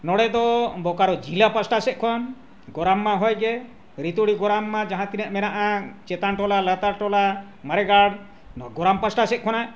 ᱱᱚᱰᱮ ᱫᱚ ᱵᱳᱨᱳᱠᱟ ᱡᱮᱞᱟ ᱯᱟᱥᱴᱟ ᱥᱮᱫ ᱠᱷᱚᱱ ᱜᱚᱨᱟᱢ ᱢᱟ ᱦᱳᱭᱜᱮ ᱨᱤᱛᱩᱰᱤ ᱜᱚᱨᱟᱢ ᱢᱟ ᱡᱟᱦᱟᱸ ᱛᱤᱱᱟᱹᱜ ᱢᱮᱱᱟᱜᱼᱟ ᱪᱮᱛᱟᱱ ᱴᱚᱞᱟ ᱞᱟᱛᱟᱨ ᱴᱚᱞᱟ ᱢᱟᱨᱮ ᱜᱟᱲ ᱜᱚᱨᱟᱢ ᱯᱟᱥᱴᱟ ᱥᱮᱫ ᱠᱷᱚᱱᱟᱜ